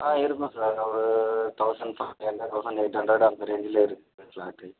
ஆ இருக்கும் சார் ஒரு thousand six hundred thousand eight hundred அந்த ரேஞ்சிலே இருக்குது சார் ஃப்ளாட்டு